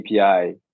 API